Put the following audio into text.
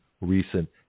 recent